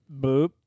boop